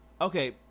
okay